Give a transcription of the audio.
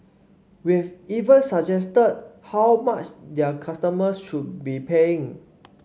we have even suggested how much their customers should be paying